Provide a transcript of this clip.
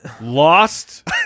Lost